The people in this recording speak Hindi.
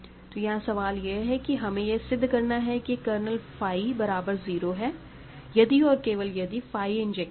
तो यहां सवाल यह है कि हमें यह सिद्ध करना है कि कर्नल फाई बराबर 0 है यदि और केवल यदि फाई इंजेक्टिव है